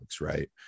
right